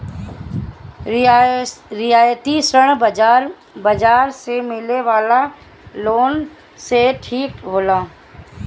रियायती ऋण बाजार से मिले वाला लोन से ठीक होला